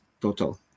total